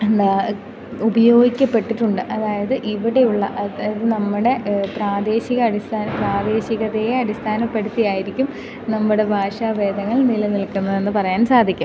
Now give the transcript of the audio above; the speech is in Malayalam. എന്താ ഉപയോഗിക്കപ്പെട്ടിട്ടുണ്ട് അതായത് ഇവിടെയുള്ള അത് നമ്മുടെ പ്രാദേശിക അടിസ്ഥാന പ്രാദേശികതയെ അടിസ്ഥാനപ്പെടുത്തി ആയിരിക്കും നമ്മുടെ ഭാഷാഭേദങ്ങൾ നില നിൽക്കുന്നതെന്ന് പറയാൻ സാധിക്കും